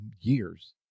years